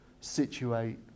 situate